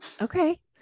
Okay